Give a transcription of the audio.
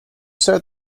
sewed